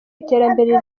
iterambere